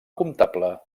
comptable